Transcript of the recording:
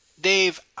Dave